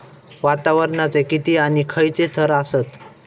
वातावरणाचे किती आणि खैयचे थर आसत?